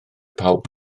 pawb